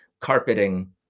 carpeting